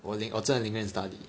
我在里面 study